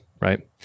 right